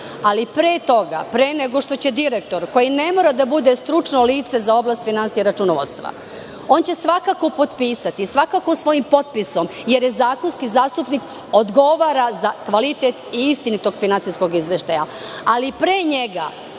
Ali, pre toga, pre nego što će direktor koji ne mora da bude stručno lice za oblast finansija i računovodstva, on će svakako potpisati, svakako svojim potpisom jer zakonski zastupnik odgovara za kvalitet i istinitog finansijskog izveštaja. Ali, pre njega